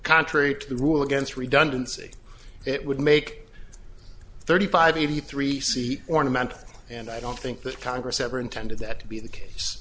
contrary to the rule against redundancy it would make thirty five eighty three see ornamented and i don't think that congress ever intended that to be the case